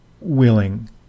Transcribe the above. willing